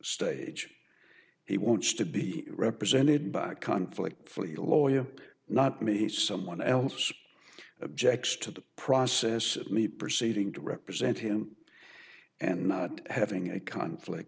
stage he wants to be represented by a conflict fleet lawyer not me he's someone else objects to the process of me proceeding to represent him and not having a conflict